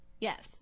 yes